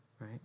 right